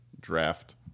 draft